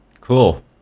Cool